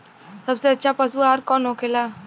सबसे अच्छा पशु आहार कौन होखेला?